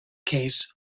case